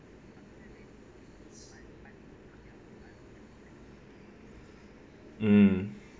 mm